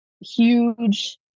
huge